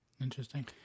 Interesting